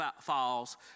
falls